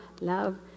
love